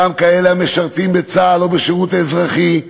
וגם כאלה המשרתים בצה"ל או בשירות האזרחי,